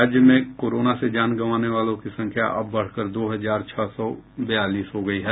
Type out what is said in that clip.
राज्य में कोरोना से जान गंवाने वालों की संख्या अब बढ़ कर दो हजार छह सौ बयालीस हो गई है